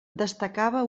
destacava